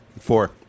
Four